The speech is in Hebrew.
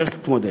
צריך להתמודד.